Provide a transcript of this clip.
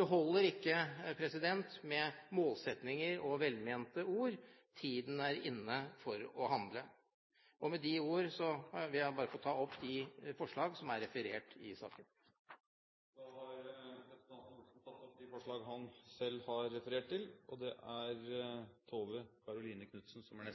Det holder ikke med målsettinger og velmente ord. Tiden er inne for å handle. Med de ordene vil jeg ta opp de forslag som er tatt inn i innstillingen. Representanten Per Arne Olsen har tatt opp de forslag han refererte til. I likhet med saksordføreren vil